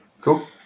Cool